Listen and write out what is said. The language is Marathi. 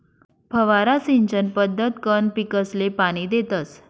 फवारा सिंचन पद्धतकंन पीकसले पाणी देतस